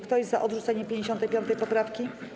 Kto jest za odrzuceniem 55. poprawki?